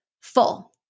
full